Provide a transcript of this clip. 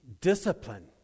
discipline